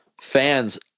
fans